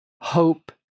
hope